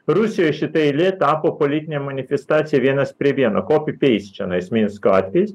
rusijoj šita eilė tapo politine manifestacija vienas prie vieno kopy peist čionais minsko atvejis